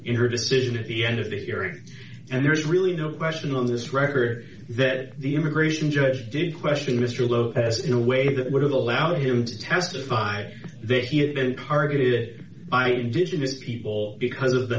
her decision at the end of the hearing and there is really no question on this record that the immigration judge did question mr lopez in a way that would have allowed him to testify they say he had been targeted i did in his people because of the